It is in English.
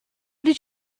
did